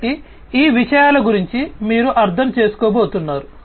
కాబట్టి ఈ విషయాల గురించి మీరు అర్థం చేసుకోబోతున్నారు